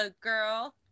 girl